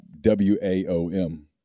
W-A-O-M